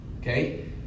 Okay